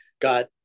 got